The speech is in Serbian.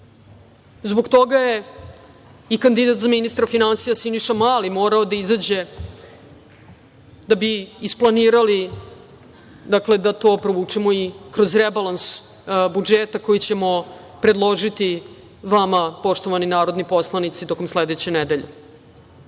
Zbog toga je i kandidat za ministra finansija Siniša Mali morao da izađe, da bi isplanirali da to provučemo i kroz rebalans budžeta koji ćemo predložiti vama, poštovani narodni poslanici, tokom sledeće nedelje. Konačno,